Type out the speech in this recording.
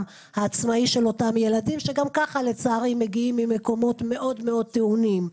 העצמאי של אותם ילדים שגם ככה לצערי מגיעים ממקומות מאוד טעונים.